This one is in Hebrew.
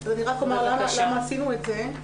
אני רק אומר למה עשינו את זה.